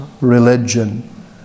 religion